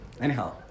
Anyhow